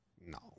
No